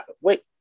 wait